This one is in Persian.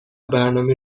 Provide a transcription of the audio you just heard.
برنامه